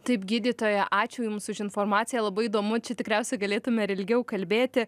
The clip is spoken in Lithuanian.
taip gydytoja ačiū jums už informaciją labai įdomu čia tikriausiai galėtume ir ilgiau kalbėti